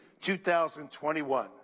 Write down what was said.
2021